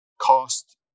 cost